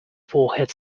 forehead